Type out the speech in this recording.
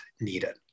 needed